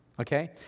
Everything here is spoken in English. okay